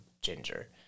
ginger